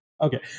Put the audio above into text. Okay